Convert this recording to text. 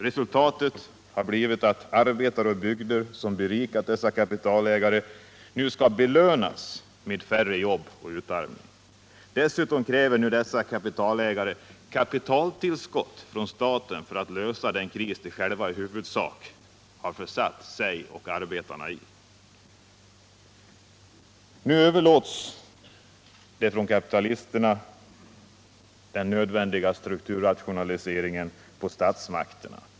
Resultatet har blivit att arbetare och bygder som berikat dessa kapitalägare nu skall belönas med färre jobb och utarmning! Dessutom kräver nu dessa kapitalägare kapitaltillskott från staten för att lösa upp den kris de själva i huvudsak har försatt sig och arbetarna i. Nu överlåter kapitalisterna den nödvändiga strukturrationaliseringen på statsmakterna.